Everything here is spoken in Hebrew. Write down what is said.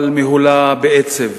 אבל מהולה בעצב,